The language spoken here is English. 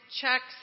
checks